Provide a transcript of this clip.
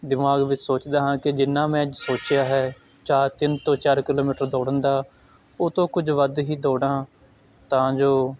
ਦਿਮਾਗ ਵਿੱਚ ਸੋਚਦਾ ਹਾਂ ਕਿ ਜਿੰਨਾਂ ਮੈਂ ਸੋਚਿਆ ਹੈ ਚਾ ਤਿੰਨ ਤੋਂ ਚਾਰ ਕਿਲੋਮੀਟਰ ਦੌੜਨ ਦਾ ਉਹ ਤੋਂ ਕੁਝ ਵੱਧ ਹੀ ਦੌੜਾਂ ਤਾਂ ਜੋ